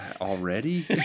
already